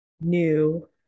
new